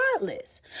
regardless